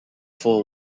for